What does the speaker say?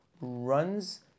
runs